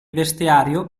vestiario